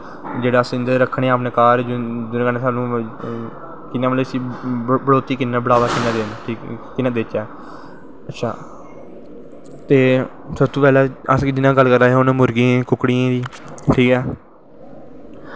जेह्ड़ा अस रक्खनें आं अपनें घर जेह्दे कन्नैं साह्नू मतलव इसी बड़ौती बढ़ावा कियां देनां ठीक ऐ कियां देचै अच्चा ते जियां अस गल्ल करा दे हे मुर्गियें दी कुक्कड़ियें दी ठीक ऐ